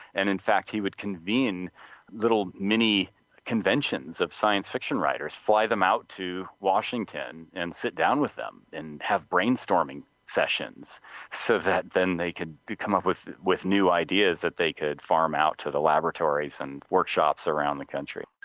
and in fact he would convene little mini conventions of science fiction writers, fly them out to washington and sit down with them and have brainstorming sessions so that then they could come up with with new ideas that they could farm out to the laboratories and workshops around the country.